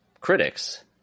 critics